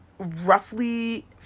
roughly